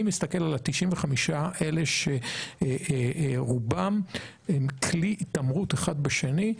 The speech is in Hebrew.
אני מסתכל על ה-95 האלה שרובם הם כלי התעמרות אחד בשני,